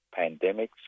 pandemics